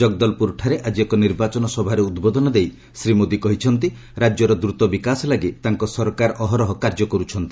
ଜଗଦଲପୁରଠାରେ ଆଜି ଏକ ନିର୍ବାଚନ ସଭାରେ ଉଦ୍ବୋଧନ ଦେଇ ଶ୍ରୀ ମୋଦି କହିଛନ୍ତି ରାଜ୍ୟର ଦ୍ରତ ବିକାଶ ଲାଗି ତାଙ୍କ ସରକାର ଅହରହ କାର୍ଯ୍ୟ କରୁଛନ୍ତି